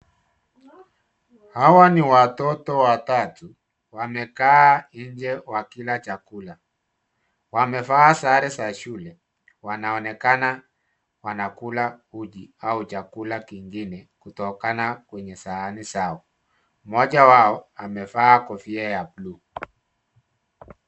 Hawa ni watoto watatu wamekaa nje wakila chakula, wamevaa sare za shule wanaonekana wanakula uji au chakula kingine kutokana kwenye sahani zao, mmoja wao amevaa kofia ya bluu.